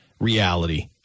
reality